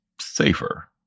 safer